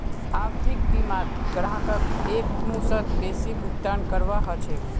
आवधिक बीमात ग्राहकक एकमुश्त बेसी भुगतान करवा ह छेक